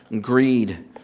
greed